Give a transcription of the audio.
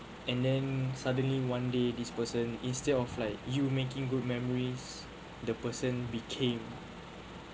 and then suddenly one day this person instead of like you making good memories the person became